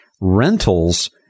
rentals